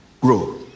grow